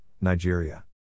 Nigeria